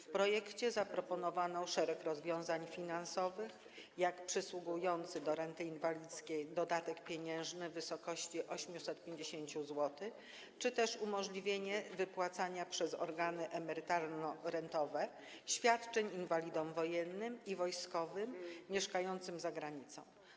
W projekcie zaproponowano szereg rozwiązań finansowych, jak np. przysługujący do renty inwalidzkiej dodatek pieniężny w wysokości 850 zł, czy umożliwienie wypłacania przez organy emerytalno-rentowe świadczeń inwalidom wojennym i wojskowym mieszkającym za granicą.